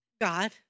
God